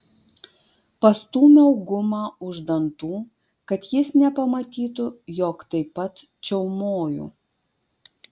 pastūmiau gumą už dantų kad jis nepamatytų jog taip pat čiaumoju